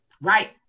right